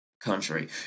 country